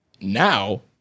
Now